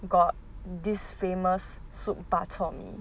got this famous soup bak chor mee